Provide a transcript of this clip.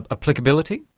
ah applicability?